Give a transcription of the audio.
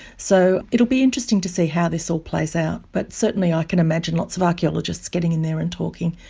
so it will be interesting to see how this all plays out, but certainly i can imagine lots of archaeologists getting in there and talking,